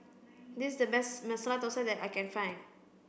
this is the best Masala Dosa that I can find